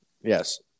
Yes